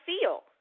feel